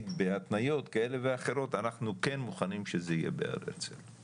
בהתניות כאלה ואחרות אנחנו כן מוכנים שזה יהיה בהר הרצל,